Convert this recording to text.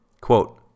Quote